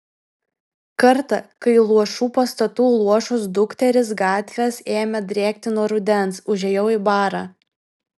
kartą kai luošų pastatų luošos dukterys gatvės ėmė drėkti nuo rudens užėjau į barą